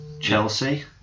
Chelsea